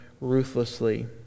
ruthlessly